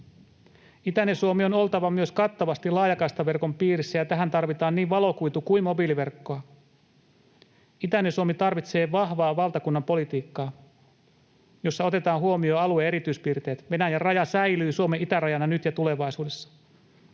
Suomen on myös oltava kattavasti laajakaistaverkon piirissä, ja tähän tarvitaan niin valokuitu- kuin mobiiliverkkoa. Itäinen Suomi tarvitsee vahvaa valtakunnan politiikkaa, jossa otetaan huomioon alueen erityispiirteet. Venäjän raja säilyy Suomen itärajana nyt ja tulevaisuudessa.